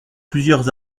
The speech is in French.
plusieurs